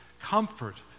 Comfort